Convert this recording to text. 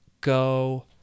go